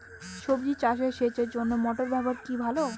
সবজি চাষে সেচের জন্য মোটর ব্যবহার কি ভালো?